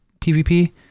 PVP